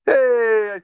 Hey